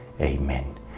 Amen